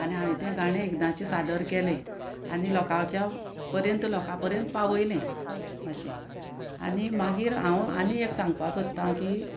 आनी हांवे तें गाणें एकदांचें सादर केलें आनी लोकांच्या पर्यंत लोकां पर्यंत पावयलें अशें आनी मागीर हांव आनी एक सांगपा सोदतां की